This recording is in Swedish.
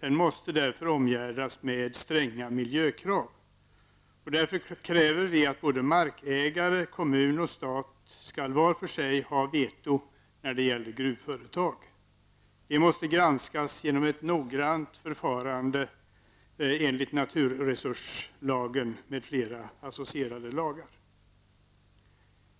Den måste därför omgärdas med stränga miljökrav. Därför kräver vi att såväl markägare som kommun och stat var för sig skall ha vetorätt när det gäller gruvföretag. Gruvföretagen måste granskas genom ett noggrant förfarande enligt naturresurslagen m.fl. associerade lagar.